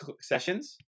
sessions